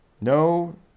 No